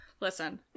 listen